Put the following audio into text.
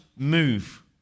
move